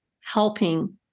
helping